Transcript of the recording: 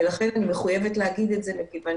לכן אני מחויבת להגיד את זה מכיוון